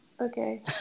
Okay